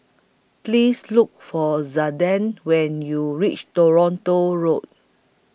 Please Look For Zaiden when YOU REACH Toronto Road